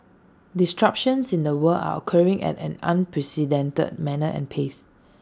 disruptions in the world are occurring at an unprecedented manner and pace